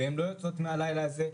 האנשים הללו לא יוצאים מהלילה הזה.